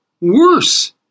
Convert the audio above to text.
worse